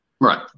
Right